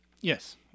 Yes